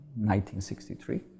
1963